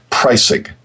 Pricing